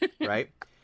Right